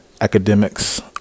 academics